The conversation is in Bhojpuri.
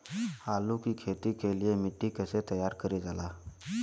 आलू की खेती के लिए मिट्टी कैसे तैयार करें जाला?